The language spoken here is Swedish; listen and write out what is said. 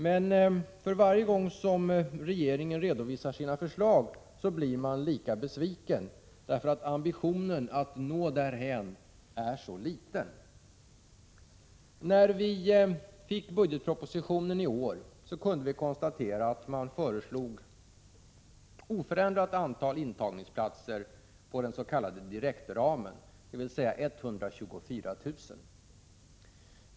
Men för varje gång som regeringen redovisar sina förslag blir man lika besviken över att ambitionen att nå därhän är så liten. När vi fick budgetpropositionen i år kunde vi konstatera att man föreslog oförändrat antal intagningsplatser inom den s.k. direktramen, dvs. 124 000.